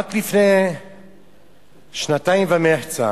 רק לפני שנתיים ומחצה